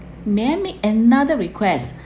may I made another request